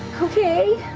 okay.